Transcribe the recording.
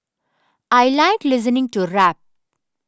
I like listening to rap